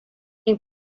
ning